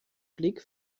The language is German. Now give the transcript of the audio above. blick